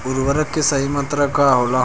उर्वरक के सही मात्रा का होला?